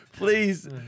Please